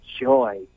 joy